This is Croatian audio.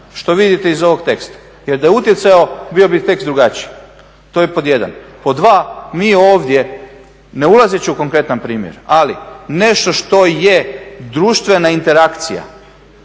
što vidite iz ovog teksta. Jer da je utjecao bio bi tekst drugačiji. To je pod jedan. Pod dva, mi ovdje ne ulazeći u konkretan primjer, ali nešto što je društvena interakcija